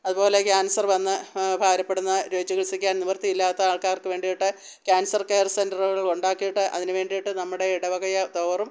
അതുപോലെ ക്യാൻസർ വന്ന് ഭാരപ്പെടുന്ന ചികിത്സിക്കാൻ നിവൃത്തിയില്ലാത്ത ആൾക്കാർക്ക് വേണ്ടിയിട്ട് ക്യാൻസർ കെയർ സെൻ്ററുകൾ ഉണ്ടാക്കിയിട്ട് അതിനു വേണ്ടിയിട്ട് നമ്മുടെ ഇടവകയെ തോറും